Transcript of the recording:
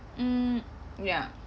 mm ya